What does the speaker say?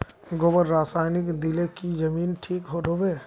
गोबर रासायनिक दिले की जमीन ठिक रोहबे?